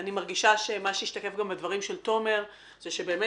אני מרגישה וזה השתקף גם בדברים של תומר שלפניק שבאמת